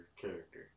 character